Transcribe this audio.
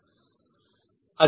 अधिक दिलचस्प क्या है